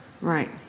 Right